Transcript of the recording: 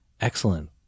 Excellent